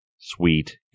sweet